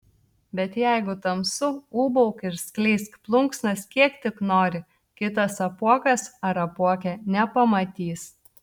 bet jeigu tamsu ūbauk ir skleisk plunksnas kiek tik nori kitas apuokas ar apuokė nepamatys